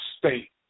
state